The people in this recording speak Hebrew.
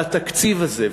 על התקציב הזה,